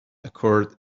occurred